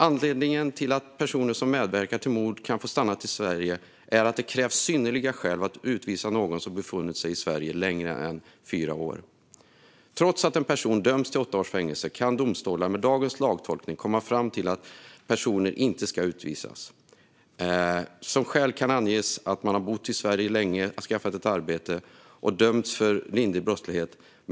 Anledningen till att personer som medverkar till mord kan få stanna i Sverige är att det krävs synnerliga skäl för att utvisa någon som befunnit sig i Sverige längre än fyra år. Trots att en person dömts till åtta års fängelse kan domstolar med dagens lagtolkning komma fram till att personen inte ska utvisas. Som skäl kan anges att personen har bott i Sverige länge, skaffat ett arbete eller dömts för lindrig brottslighet.